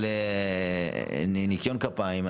על ניקיון כפיים.